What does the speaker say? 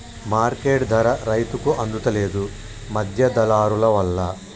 market ధర రైతుకు అందుత లేదు, మధ్య దళారులవల్ల